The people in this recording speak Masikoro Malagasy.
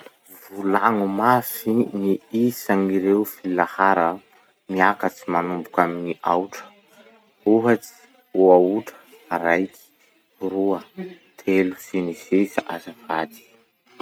Volagno mafy ny isan'ireo filahara miakatsy manomboky amy gny aotra. Ohatsy: oaotra, raiky, roa, telo, sy ny sisa azafady.